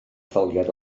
etholiad